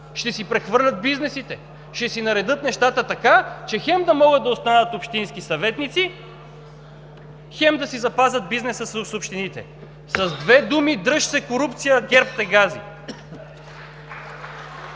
ще си прехвърлят бизнесите, ще си наредят така нещата, че хем да могат да останат общински съветници, хем да си запазят бизнеса с общините. С две думи: дръж се корупция, ГЕРБ те гази!